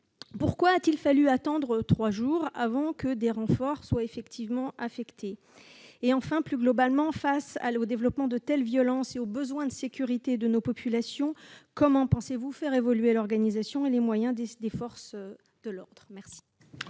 Pourquoi a-t-il fallu attendre trois jours avant que des renforts ne soient effectivement affectés ? Enfin, plus globalement, monsieur le ministre, face au développement de telles violences et au besoin de sécurité de nos populations, comment pensez-vous faire évoluer l'organisation et les moyens des forces de l'ordre ? La